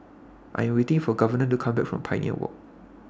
I Am waiting For Governor to Come Back from Pioneer Walk